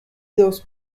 dos